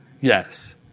yes